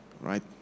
right